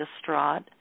distraught